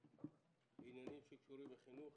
עניינים שקשורים לחינוך.